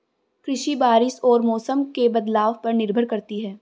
कृषि बारिश और मौसम के बदलाव पर निर्भर करती है